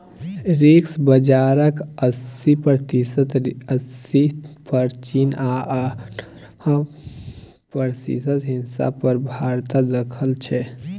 silk बजारक अस्सी प्रतिशत हिस्सा पर चीन आ अठारह प्रतिशत हिस्सा पर भारतक दखल छै